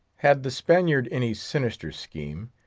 had the spaniard any sinister scheme,